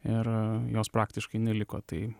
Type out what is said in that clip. ir jos praktiškai neliko tai